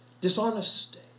Dishonesty